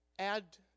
Add